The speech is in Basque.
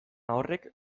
horrek